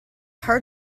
hard